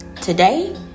Today